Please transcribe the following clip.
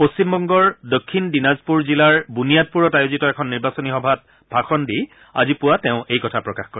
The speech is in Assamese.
পশ্চিমবংগৰ দক্ষিণ দিনাজপুৰ জিলাৰ বুনিয়াদপুৰত আয়োজিত এখন নিৰ্বাচনী সভাত ভাষণ দি আজি পুৱা তেওঁ এই কথা প্ৰকাশ কৰে